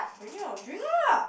brand new I will drink lah